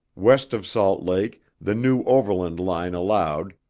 west of salt lake, the new overland line allowed,